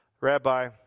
Rabbi